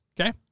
Okay